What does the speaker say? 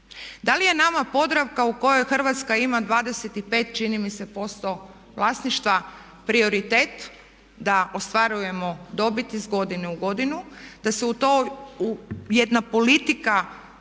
Da li je nama Podravka u kojoj Hrvatska ima 25% čini mi se vlasništva prioritet da ostvarujemo dobit iz godine u godinu, da se jedna politika te Podravke